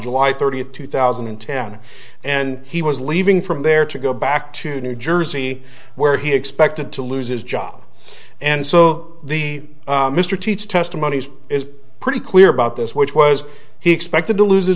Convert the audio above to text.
july thirtieth two thousand and ten and he was leaving from there to go back to new jersey where he expected to lose his job and so the mr teach testimony is pretty clear about this which was he expected to lose